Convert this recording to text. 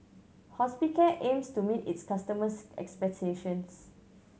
Hospicare aims to meet its customers' expectations